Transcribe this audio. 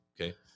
Okay